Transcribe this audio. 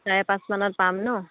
চাৰে পাঁচমানত পাম ন